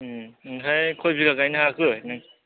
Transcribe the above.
ओमफ्राय खय बिघा गायनो हाखो नों